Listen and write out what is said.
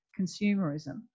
consumerism